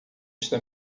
está